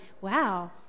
Wow